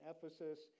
Ephesus